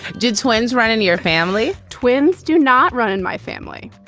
did twins run in your family? twins do not run in my family.